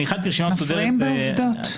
מפריעים בעובדות.